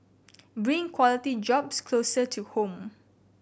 bring quality jobs closer to home